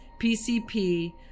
PCP